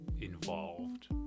involved